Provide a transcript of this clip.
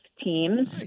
teams